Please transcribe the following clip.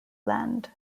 land